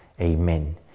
Amen